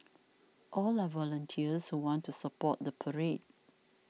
all are volunteers who want to support the parade